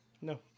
No